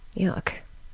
yuck.